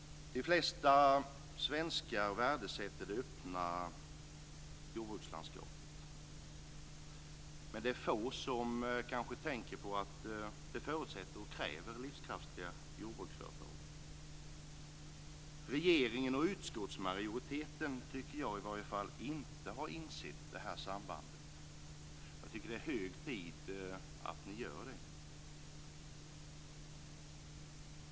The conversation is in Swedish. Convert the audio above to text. De flesta svenskar värdesätter det öppna jordbrukslandskapet. Men det är få som kanske tänker på att det förutsätter och kräver livskraftiga jordbruksföretag. Regeringen och utskottsmajoriteten tycker jag i varje fall inte har insett det här sambandet. Jag tycker att det är hög tid att ni gör det.